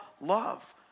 love